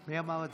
מי אמר את זה?